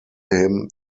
him